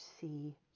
see